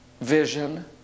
vision